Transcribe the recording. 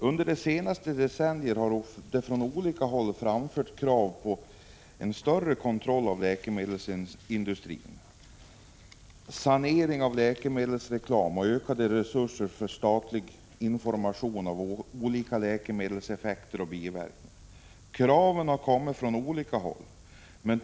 Under de senaste decennierna har det från olika håll framförts krav på större kontroll av läkemedelsindustrin, sanering av läkemedelsreklamen och ökade resurser för statlig information om olika läkemedels effekter och biverkningar.